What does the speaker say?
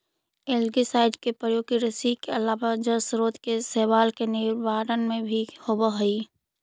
algicide के प्रयोग कृषि के अलावा जलस्रोत के शैवाल के निवारण में भी होवऽ हई